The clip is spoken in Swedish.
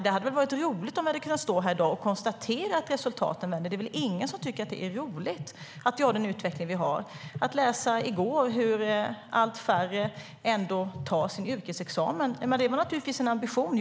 Det hade varit roligt om vi hade kunnat stå här i dag och konstatera resultaten. Det är väl ingen som tycker att utvecklingen är rolig. I går kunde vi läsa att allt färre tar ut sin yrkesexamen. Det är naturligtvis en ambition.